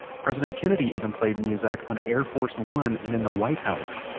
president kennedy even played muzak on air force one and in the white house.